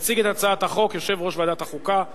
יציג את הצעת החוק יושב-ראש ועדת החוקה,